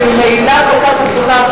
שהיא ממילא כל כך עסוקה,